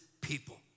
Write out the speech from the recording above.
people